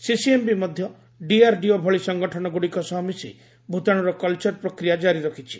CCMB ମଧ୍ୟ DRDO ଭଳି ସଂଗଠନଗୁଡ଼ିକ ସହ ମିଶି ଭୂତାଣୁର କଲଚର ପ୍ରକ୍ରିୟା ଜାରି ରଖିଛି